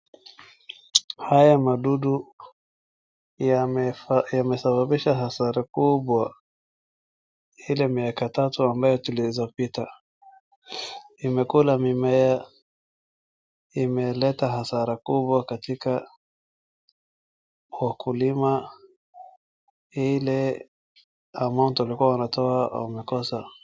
Haya madudu yamesababisha hasara kubwa ile miaka tatu ambayo zilizopita, imekula mimea, imeleta hasara kubwa katika wakulima ile amount walikuwa wanatoa wamekosa.